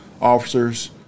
officers